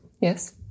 Yes